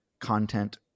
content